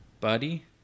buddy